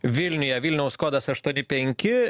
vilniuje vilniaus kodas aštuoni penki